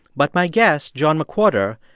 but my guest, john mcwhorter,